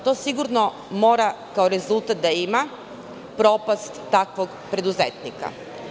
To sigurno mora kao rezultat da ima propast takvog preduzetnika.